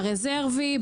ברזרבי,